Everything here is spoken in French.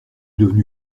devenu